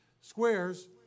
squares